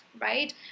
right